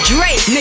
Drake